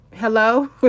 Hello